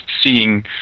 seeing